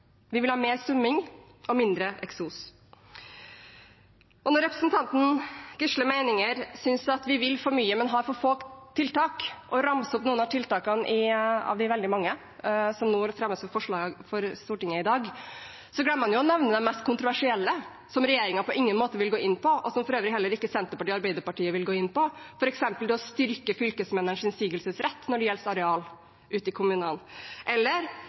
mindre eksos. Når representanter Gisle Meininger Saudland synes at vi vil for mye, men har for få tiltak, og ramser opp noen av de veldig mange tiltakene som nå fremmes for Stortinget i dag, glemmer han å nevne det mest kontroversielle, som regjeringen på ingen måte vil gå inn på, og som for øvrig heller ikke Senterpartiet og Arbeiderpartiet vil gå inn på. Det gjelder f.eks. å styrke fylkesmennenes innsigelsesrett når det gjelder areal ute i kommunene – eller